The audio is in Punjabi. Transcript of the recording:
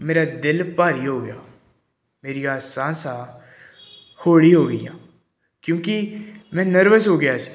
ਮੇਰੇ ਦਿਲ ਭਾਰੀ ਹੋ ਗਿਆ ਮੇਰੀਆਂ ਸਾਸਾਂ ਹੌਲੀ ਹੋ ਗਈਆਂ ਕਿਉਂਕਿ ਮੈਂ ਨਰਵਸ ਹੋ ਗਿਆ ਸੀ